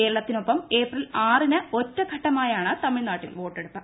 കേരളത്തിനൊപ്പം April ആറിന് ഒറ്റ ഘട്ടമായാണ് തമിഴ്നാട്ടിൽ വോട്ടെടുപ്പ്